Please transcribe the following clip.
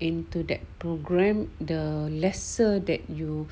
into that program the lesser that you